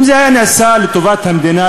אם זה היה נעשה לטובת המדינה,